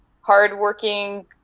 hardworking